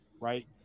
right